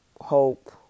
Hope